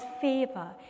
favor